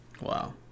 wow